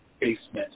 basement